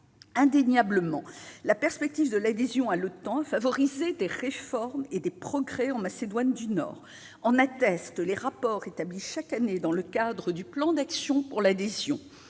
Indéniablement, la perspective de l'adhésion à l'OTAN a favorisé les réformes et les progrès en Macédoine du Nord. En attestent les rapports établis chaque année dans le cadre du plan d'action pour l'adhésion